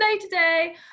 today